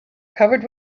covered